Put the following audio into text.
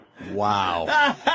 Wow